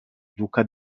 duca